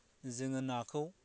जोङो नाखौ